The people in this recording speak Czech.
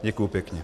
Děkuji pěkně.